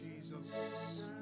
Jesus